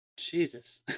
Jesus